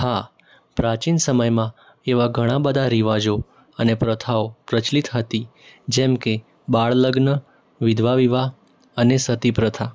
હા પ્રાચીન સમયમાં એવા ઘણા બધા રિવાજો અને પ્રથાઓ પ્રચલિત હતી જેમ કે બાળલગ્ન વિધવા વિવાહ અને સતી પ્રથા